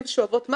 בלי משכורת,